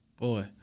Boy